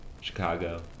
Chicago